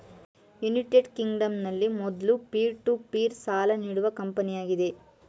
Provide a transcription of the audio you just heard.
United ಕಿಂಗ್ಡಂನಲ್ಲಿ ಮೊದ್ಲ peer to peer ಸಾಲ ನೀಡುವ ಕಂಪನಿಯಾಗಿದೆ